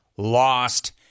lost